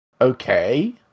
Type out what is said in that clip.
okay